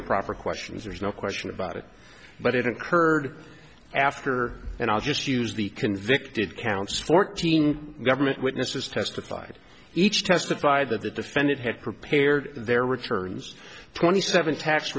improper questions there's no question about it but it occurred after and i'll just use the convicted counts fourteen government witnesses testified each testified that the defendant had prepared their returns twenty seven tax